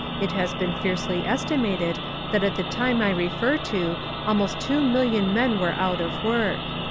it has been freely estimated that at the time i refer to almost two million men were out of work.